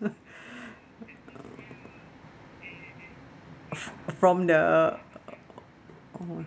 fr~ from the oh